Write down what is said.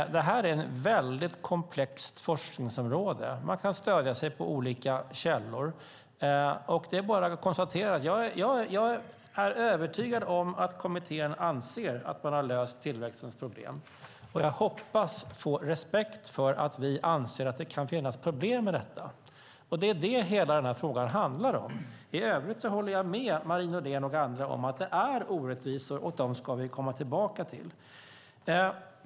Det här är ett komplext forskningsområde där man kan stödja sig på olika källor, och jag är övertygad om att kommittén anser sig ha löst tillväxtens problem. Jag hoppas dock få respekt för att vi anser att det kan finnas problem med detta, vilket är vad hela denna fråga handlar om. I övrigt håller jag med Marie Nordén och andra om att det finns orättvisor, och dem ska vi komma tillbaka till.